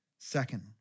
Second